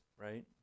right